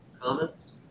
Comments